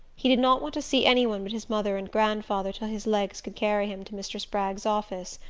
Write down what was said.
he did not want to see any one but his mother and grandfather till his legs could carry him to mr. spragg's office.